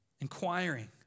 inquiring